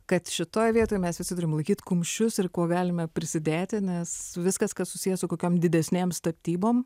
kad šitoje vietoje mes visi turim laikyti kumščius ir kuo galime prisidėti nes viskas kas susiję su kokiam didesnėm statybom